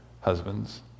husbands